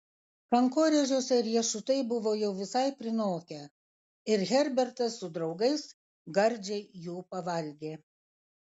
kankorėžiuose riešutai buvo jau visai prinokę ir herbertas su draugais gardžiai jų pavalgė